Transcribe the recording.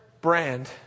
brand